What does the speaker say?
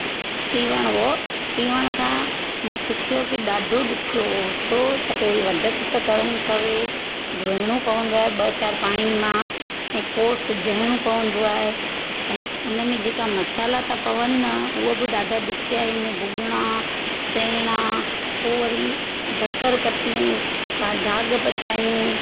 तीवण ओ तीवण खां मूं सिखियो की ॾाढो ॾुखियो हो छो त पहिरीं वॾु कुट करिणी पवे धोइणो पवंदो आहे ॿ चारि पाणिनि मां ऐं पोइ सिॼाइणो पवंदो आहे ऐं उनमें जेका मसाला त पवनि न हूअ बि ॾाढा ॾुखिया आहिनि भुगणा सेअणा पोइ वरी बसर कटियूं प दाॻ पचायूं